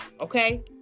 Okay